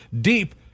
deep